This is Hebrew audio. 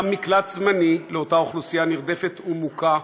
מקלט זמני לאותה אוכלוסייה נרדפת ומוכה,